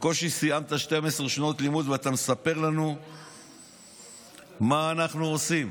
בקושי סיימת 12 שנות לימוד ואתה מספר לנו מה אנחנו עושים.